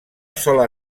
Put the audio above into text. sola